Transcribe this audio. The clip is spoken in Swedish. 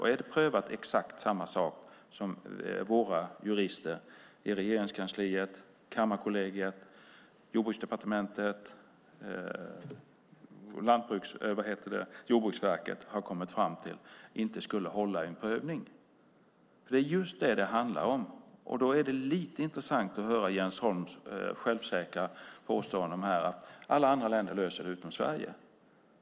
Har man prövat exakt samma sak som våra jurister i Regeringskansliet, Kammarkollegiet, Jordbruksdepartementet och Jordbruksverket har kommit fram till inte skulle hålla i en prövning? Det är just detta det handlar om, och då är det intressant att höra Jens Holms självsäkra påstående att alla länder utom Sverige löser detta.